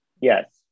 Yes